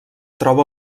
troba